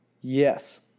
Yes